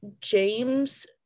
James